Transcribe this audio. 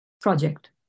project